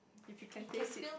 if you can taste it